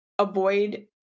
avoid